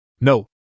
No